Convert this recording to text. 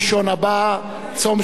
צום שנדחה משבת,